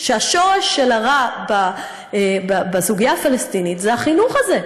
שהשורש של הרע בסוגיה הפלסטינית זה החינוך הזה.